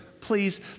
please